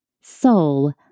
soul